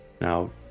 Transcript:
now